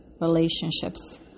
relationships